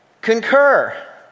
concur